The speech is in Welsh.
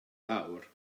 fawr